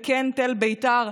ועד תל בית"ר,